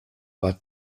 war